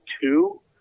two